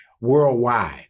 worldwide